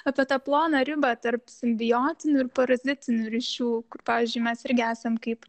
apie tą ploną ribą tarp simbiotinių ir parazitinių ryšių pavyzdžiui mes irgi esam kaip